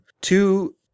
two